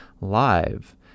Live